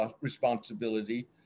responsibility